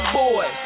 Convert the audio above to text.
boy